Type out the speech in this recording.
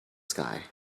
sky